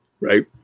right